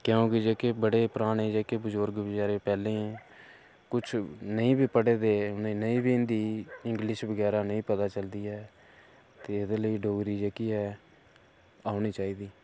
क्योंकि जेह्के बड़े पराने जेह्के बजुर्ग बचैरे पैह्ले हे कुछ नेईं बी पढ़े दे हे उ'नें नेईं बी हिंदी इंग्लिश बगैरा नेईं पता चलदी ते एह्दे लेई डोगरी जेह्की ऐ औनी चाहिदी